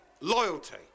loyalty